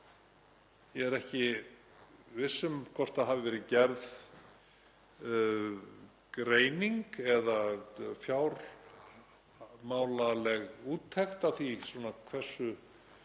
Ég er ekki viss um hvort það hafi verið gerð greining eða fjármálaleg úttekt á því hversu